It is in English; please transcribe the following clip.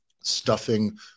stuffing